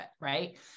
Right